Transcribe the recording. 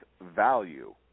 value